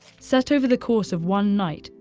set over the course of one night,